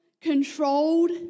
controlled